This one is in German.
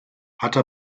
hatte